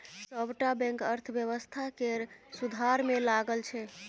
सबटा बैंक अर्थव्यवस्था केर सुधार मे लगल छै